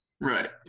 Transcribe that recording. Right